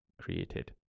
created